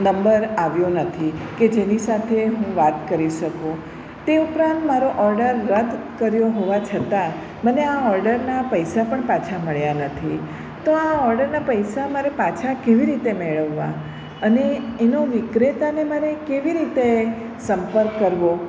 number આવ્યો નથી કે જેની સાથે હું વાત કરી શકું તે ઉપરાંત મારો ઓર્ડર રદ કર્યો હોવા છતાં મને આ ઓર્ડરના પૈસા પણ પાછા મળ્યા નથી તો આ ઓર્ડરના પૈસા મારે પાછા કેવી રીતે મેળવવા અને એનો વિક્રેતાને મારે કેવી રીતે સંપર્ક કરવો